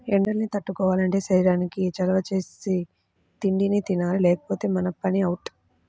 ఎండల్ని తట్టుకోవాలంటే శరీరానికి చలవ చేసే తిండినే తినాలి లేకపోతే మన పని అవుటే